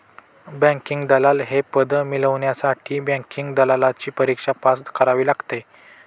banking दलाल हे पद मिळवण्यासाठी बँकिंग दलालची परीक्षा पास करावी लागते